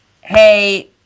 hey